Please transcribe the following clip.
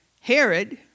Herod